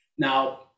Now